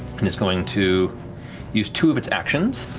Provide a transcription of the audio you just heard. it is going to use two of its actions